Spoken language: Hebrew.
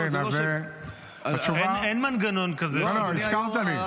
אין מנגנון כזה --- זה לא שאלות.